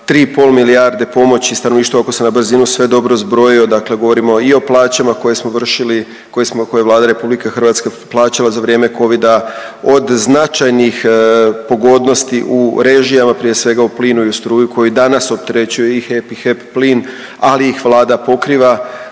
pol milijarde pomoći stanovništvu ako sam na brzinu sve dobro zbrojio. Dakle, govorimo i o plaćama koje smo vršili, koje je Vlada Republike Hrvatske plaćala za vrijem covida, od značajnih pogodnosti u režijama prije svega u plinu i u struji koji danas opterećuju i HEP i HEP Plin, ali ih Vlada pokriva.